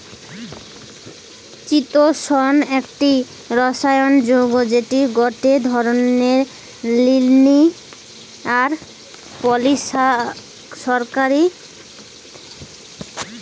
চিতোষণ একটি রাসায়নিক যৌগ্য যেটি গটে ধরণের লিনিয়ার পলিসাকারীদ